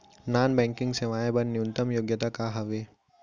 Non banking सेवाएं बर न्यूनतम योग्यता का हावे?